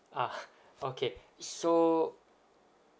ah okay so